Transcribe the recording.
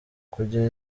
kugira